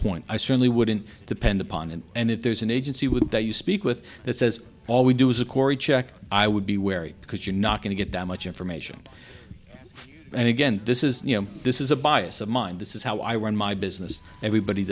point i certainly wouldn't depend upon it and if there's an agency would that you speak with that says all we do is a cori check i would be wary because you're not going to get that much information and again this is you know this is a bias of mine this is how i run my business everybody